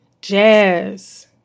jazz